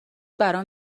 برام